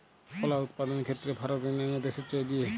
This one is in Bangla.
কলা উৎপাদনের ক্ষেত্রে ভারত অন্যান্য দেশের চেয়ে এগিয়ে